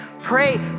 pray